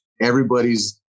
everybody's